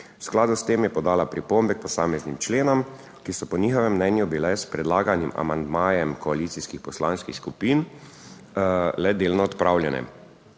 V skladu s tem je podala pripombe k posameznim členom, ki so po njihovem mnenju bile s predlaganim amandmajem koalicijskih poslanskih skupin le delno odpravljene.